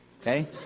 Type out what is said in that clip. Okay